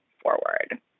forward